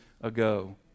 ago